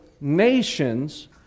nations